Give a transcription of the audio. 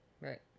Right